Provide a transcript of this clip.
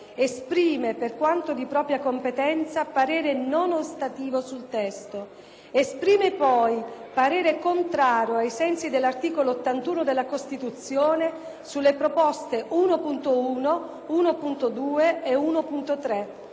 esprime, per quanto di propria competenza, parere non ostativo sul testo. Esprime, poi, parere contrario, ai sensi dell'articolo 81 della Costituzione, sulle proposte 1.1, 1.2 e 1.3.